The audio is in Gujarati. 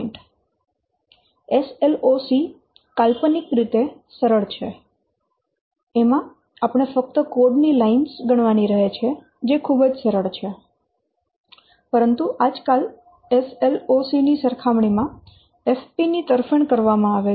SLOC કાલ્પનિક રૂપે સરળ છે એમાં આપણે ફક્ત કોડ ની લાઇનો જ ગણવાની રહે છે જે ખૂબ જ સરળ છે પરંતુ આજકાલ SLOC ની સરખામણી માં FP ની તરફેણ કરવામાં આવે છે